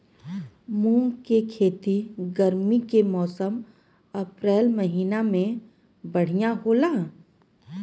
मुंग के खेती गर्मी के मौसम अप्रैल महीना में बढ़ियां होला?